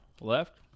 left